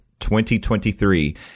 2023